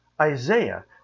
Isaiah